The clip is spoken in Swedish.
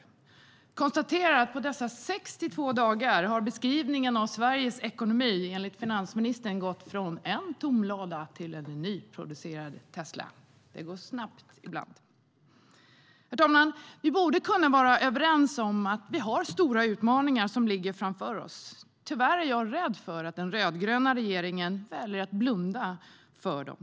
Jag konstaterar att på dessa 62 dagar har finansministerns beskrivning av Sveriges ekonomi gått från tom lada till nyproducerad Tesla. Ibland går det fort. Herr talman! Vi borde kunna vara överens om att stora utmaningar ligger framför oss. Tyvärr är jag rädd att den rödgröna regeringen väljer att blunda för dem.